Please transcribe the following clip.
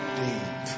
deep